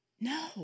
no